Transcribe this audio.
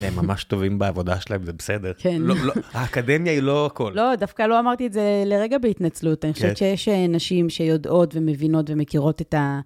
הם ממש טובים בעבודה שלהם, זה בסדר. כן. האקדמיה היא לא הכול. לא, דווקא לא אמרתי את זה לרגע בהתנצלות. אני חושבת שיש נשים שיודעות ומבינות ומכירות את ה...